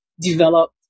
develop